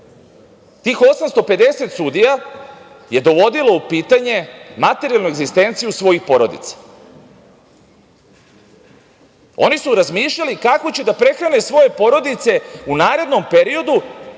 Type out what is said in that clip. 850 sudija je dovodilo u pitanje materijalnu egzistenciju svojih porodica. Oni su razmišljali kako će da prehrane svoje porodice u narednom periodu